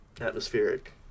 atmospheric